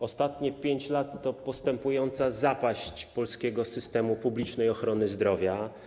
Ostatnie 5 lat to postępująca zapaść polskiego systemu publicznej ochrony zdrowia.